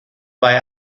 bei